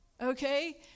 Okay